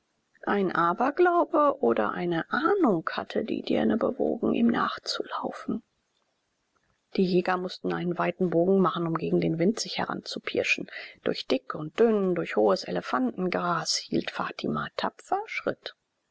ein aberglaube oder eine ahnung hatte die dirne bewogen ihm nachzulaufen die jäger mußten einen weiten bogen machen um gegen den wind sich heranzupirschen durch dick und dünn durch hohes elefantengras hielt fatima tapfer schritt